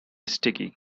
sticky